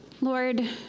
Lord